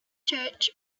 church